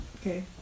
okay